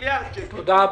תודה.